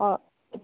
होय